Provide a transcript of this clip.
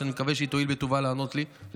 ואני מקווה שהיא תואיל בטובה לענות לי,